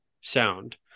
sound